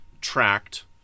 tracked